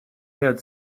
had